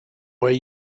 way